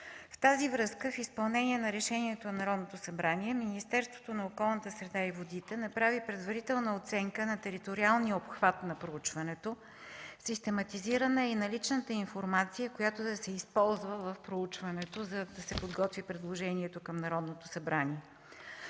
В тази връзка, в изпълнение на решението на Народното събрание Министерството на околната среда и водите направи предварителна оценка на териториалния обхват на проучването, систематизирана е и наличната информация, която да се използва в проучването, за да се подготви предложението към Народното събрание.